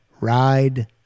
Ride